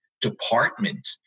department